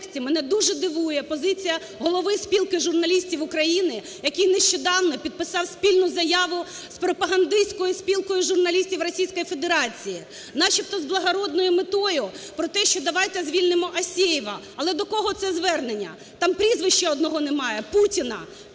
мене дуже дивує позиція Голови Спілки журналістів України, який нещодавно підписав спільну заяву з пропагандистською Спілкою журналістів Російської Федерації, начебто з благородною метою, про те, що давайте звільнимо Асєєва. Але до кого це звернення? Там прізвища одного немає – Путіна.